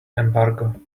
embargo